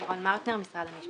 אני לירון מאוטנר, ממשרד המשפטים.